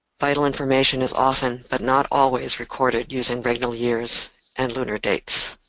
vital information is often, but not always, recorded using regnal years and lunar dates.